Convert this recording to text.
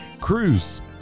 cruise